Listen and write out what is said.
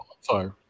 sorry